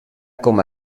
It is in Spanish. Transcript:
como